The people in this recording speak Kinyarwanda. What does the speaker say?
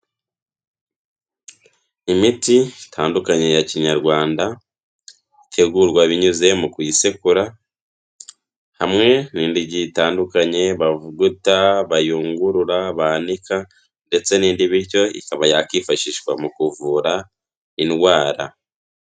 Imiti itandukanye ya Kinyarwanda, itegurwa binyuze mu kuyisekura, hamwe n'indi igiye itandukanye bavuguta, bayungurura banika ndetse n'indi, bityo ikaba yakwifashishwa mu kuvura indwara.